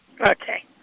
Okay